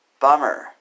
Bummer